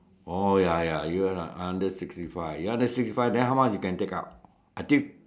oh ya ya you are under sixty five you under sixty five then how much you can take out I think